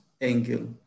angle